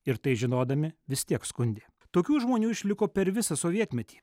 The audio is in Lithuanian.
ir tai žinodami vis tiek skundė tokių žmonių išliko per visą sovietmetį